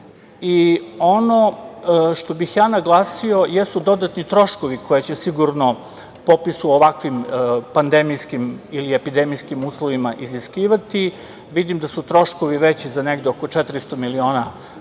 što bih naglasio jesu dodatni troškovi koje će sigurno popis u ovako pandemijskim ili epidemijskim uslovima iziskivati. Vidim da su troškovi veći za negde oko 400 miliona dinara,